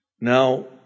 Now